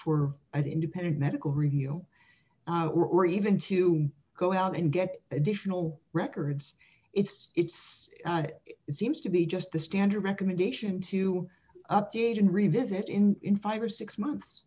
for an independent medical review or even to go out and get additional records it's it's it seems to be just the standard recommendation to update and revisit in in five or six months